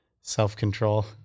self-control